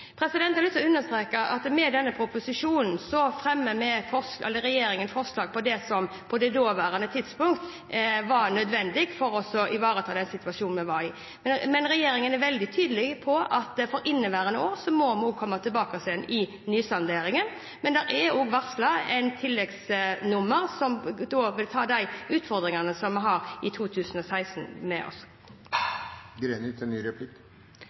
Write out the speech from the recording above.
Jeg har lyst til å understreke at med denne proposisjonen fremmer regjeringen forslag om det som på det daværende tidspunkt var nødvendig for å ivareta situasjonen. Men regjeringen er veldig tydelig på at inneværende år må vi komme tilbake til i nysalderingen. Det er også varslet en tilleggsproposisjon hvor vi vil ta opp utfordringene i 2016. Til utfordringene med å bosette enslige mindreårige: Reglene for finansieringsordningen for barnevernstiltak til